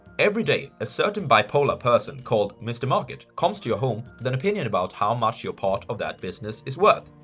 every day, a certain bipolar person called mr. market comes to your home with an opinion about how much you're part of that business is worth.